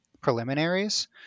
preliminaries